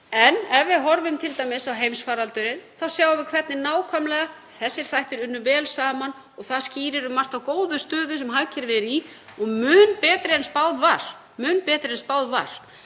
en ef við horfum t.d. á heimsfaraldurinn sjáum við hvernig nákvæmlega þessir þættir unnu vel saman. Það skýrir um margt þá góðu stöðu sem hagkerfið er í og mun betri en spáð var.